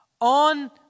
on